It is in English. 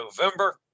November